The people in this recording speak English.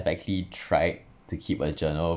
actually tried to keep a journal